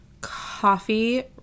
coffee